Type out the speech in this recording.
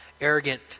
arrogant